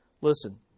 Listen